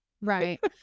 Right